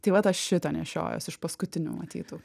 tai vat aš šitą nešiojuos iš paskutinių matytų